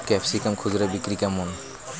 Capsicum খুচরা বিক্রি কেমন?